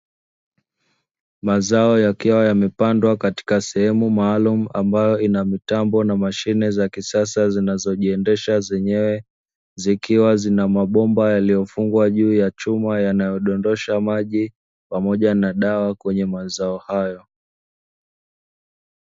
Mazao yakiwa yamepandwa katika sehemu maalumu, ambayo ina mitambo na mashine za kisasa zinazojiendesha zenyewe, zikiwa na mabomba yaliyofungwa kwenye machuma yanayodondosha maji, pamoja na dawa kwenye mazao hayo.